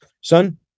son